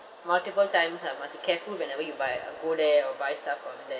multiple times ah must be careful whenever you buy uh go there or buy stuff over there